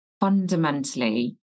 fundamentally